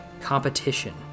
competition